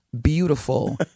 beautiful